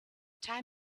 time